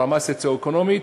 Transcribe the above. הרמה הסוציו-אקונומית,